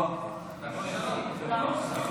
לוועדת החוקה,